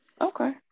Okay